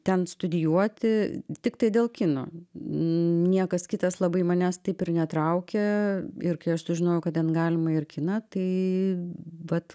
ten studijuoti tiktai dėl kino niekas kitas labai manęs taip ir netraukė ir kai aš sužinojau kad ten galima ir kiną tai vat